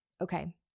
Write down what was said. okay